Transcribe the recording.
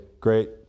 great